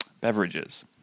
beverages